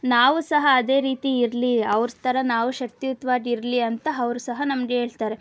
ನಾವು ಸಹ ಅದೇ ರೀತಿ ಇರಲಿ ಅವ್ರ ಥರ ನಾವು ಶಕ್ತಿಯುತ್ವಾಗಿ ಇರಲಿ ಅಂತ ಅವ್ರು ಸಹ ನಮ್ಗೆ ಹೇಳ್ತಾರೆ